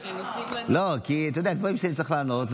יש דברים שאני צריך לענות,